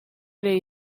ere